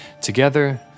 together